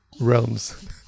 realms